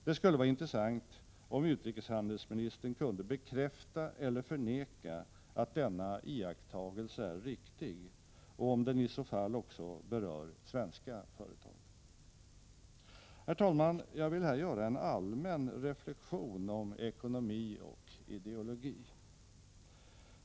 Det skulle vara intressant om utrikeshandelsministern kunde bekräfta eller förneka att denna iakttagelse är riktig och om den i så fall också berör svenska företag. Herr talman! Jag vill här göra en allmän reflexion om ekonomi och ideologi.